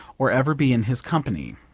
or ever be in his company.